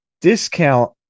discount